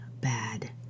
bad